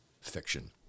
fiction